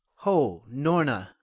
ho, norna,